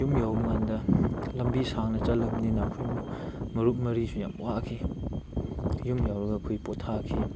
ꯌꯨꯝ ꯌꯧꯕ ꯀꯥꯟꯗ ꯂꯝꯕꯤ ꯁꯥꯡꯅ ꯆꯠꯂꯕꯅꯤꯅ ꯑꯩꯈꯣꯏ ꯃꯔꯨꯞ ꯃꯔꯤꯁꯨ ꯌꯥꯝ ꯋꯥꯈꯤ ꯌꯨꯝ ꯌꯧꯔꯒ ꯑꯩꯈꯣꯏ ꯄꯣꯊꯥꯈꯤ